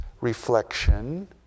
reflection